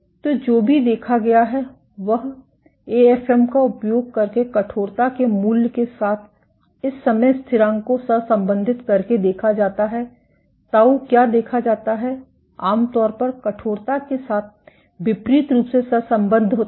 तो जो भी देखा गया है वह एएफएम का उपयोग करके कठोरता के मूल्य के साथ इस समय स्थिरांक को सहसंबंधित करके देखा जाता है ताउ क्या देखा जाता है आमतौर पर कठोरता के साथ विपरीत रूप से सहसंबद्ध होता है